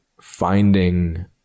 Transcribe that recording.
finding